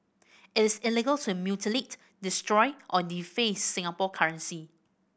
it is illegal to mutilate destroy or deface Singapore currency